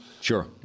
Sure